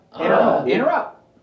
Interrupt